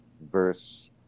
verse